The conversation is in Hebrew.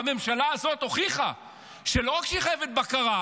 והממשלה הזאת הוכיחה שלא רק שהיא חייבת בקרה,